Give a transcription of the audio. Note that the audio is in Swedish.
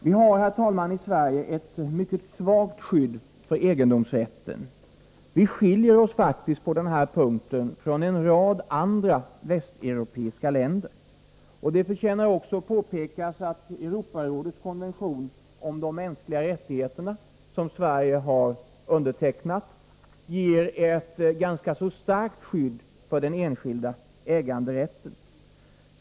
Vi har i Sverige ett svagt skydd för egendomsrätten. Vi skiljer oss faktiskt på denna punkt från en rad andra västeuropeiska länder. Det förtjänar också påpekas att Europarådets konvention om de mänskliga rättigheterna, som Sverige undertecknat, ger ett ganska starkt skydd för den enskilda äganderätten.